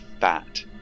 fat